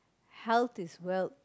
health is wealth